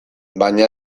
baina